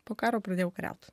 po karo pradėjau kariaut